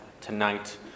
tonight